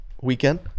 weekend